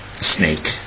snake